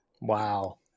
Wow